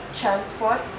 transport